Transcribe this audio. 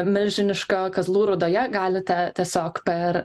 milžiniška kazlų rūdoje galite tiesiog per